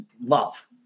Love